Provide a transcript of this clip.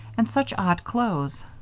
and such odd clothes.